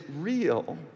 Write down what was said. real